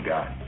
God